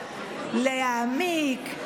להעמיק,